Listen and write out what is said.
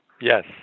Yes